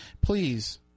Please